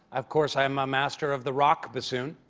of course i'm a master of the rock bassoon.